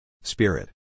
Spirit